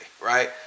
Right